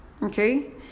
Okay